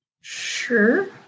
Sure